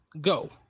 Go